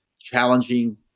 challenging